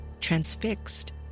transfixed